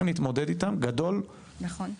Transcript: להתמודד איתם גדול בערך פי 2.5. נכון.